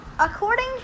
According